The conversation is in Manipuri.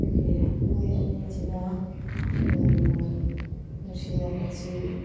ꯑꯩꯈꯣꯏꯒꯤ ꯃꯣꯏ ꯑꯅꯤꯁꯤꯅ ꯅꯨꯡꯁꯤꯅꯕꯁꯤ